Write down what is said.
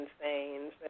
insane